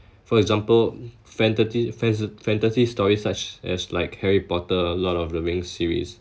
for example fantasy fans~ fantasy stories such as like harry potter or lord of the rings series